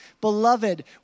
Beloved